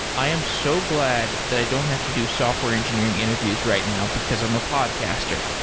i am so glad that i don't have to do software engineering interviews right now, because i'm a podcaster.